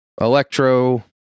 Electro